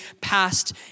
past